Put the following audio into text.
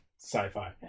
sci-fi